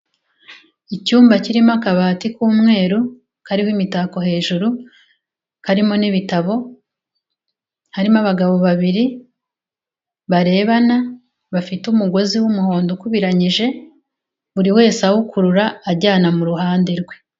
Icyumba kirimo akabati k'umweru, karimo imitako hejuru, karimo n'ibitabo, harimo abagabo babiri barebana, bafite umugozi w'umuhondo ukubiranyije, buri wese awukurura ajyana mu ruhande rwe.